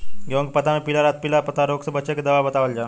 गेहूँ के पता मे पिला रातपिला पतारोग से बचें के दवा बतावल जाव?